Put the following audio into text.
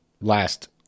last